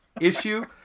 issue